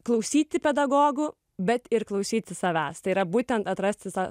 klausyti pedagogų bet ir klausyti savęs tai yra būtent atrasti tą